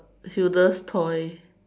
Hilda's toy